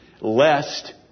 Lest